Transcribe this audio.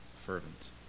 fervent